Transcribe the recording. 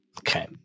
Okay